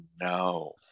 no